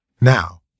now